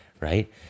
right